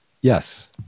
Yes